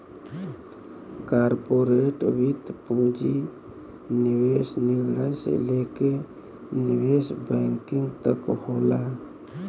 corporate वित्त पूंजी निवेश निर्णय से लेके निवेश बैंकिंग तक होला